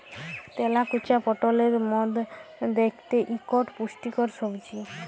তেলাকুচা পটলের মত দ্যাইখতে ইকট পুষ্টিকর সবজি